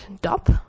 dop